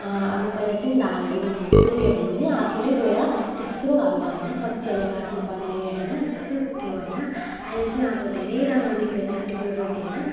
अब पहिला चाहिँ धानहरू पुग्यौँ भने पनि आफूले गएर त्यत्रो घाममा होइन कँचियाले काट्नुपर्ने होइन त्यस्तो थियो होइन अहिले चाहिँ अब धेरै राम्रो निस्किएको छ टेक्नोलोजी होइन